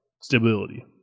stability